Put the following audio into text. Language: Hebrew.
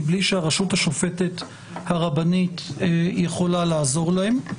מבלי שהרשות השופטת הרבנית יכולה לעזור להן.